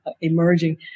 emerging